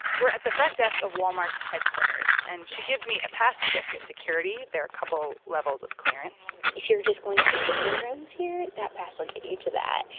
we're at the front desk of walmart's headquarters, and she gives me a pass to get through security. there are a couple levels of clearance if you're just going to the vendor rooms here, that pass will get you to that.